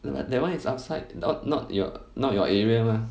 th~ that one is outside not not not your area mah